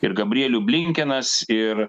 ir gabrielių blinkinas ir